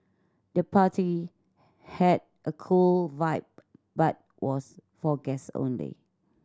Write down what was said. the party had a cool vibe but was for guest only